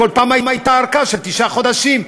כל פעם הייתה הארכה של תשעה חודשים.